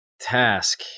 task